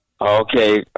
Okay